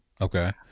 Okay